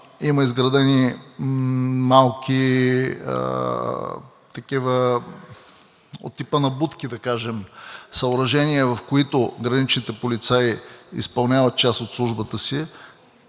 има изградени малки такива, от типа на будки, да кажем, съоръжения, в които граничните полицаи изпълняват част от службата си.